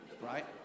Right